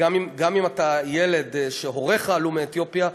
גם אם אתה ילד שהוריו יצאו מאתיופיה,